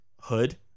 hood